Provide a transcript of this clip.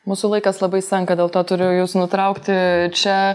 mūsų laikas labai senka dėl to turiu jus nutraukti čia